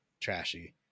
trashy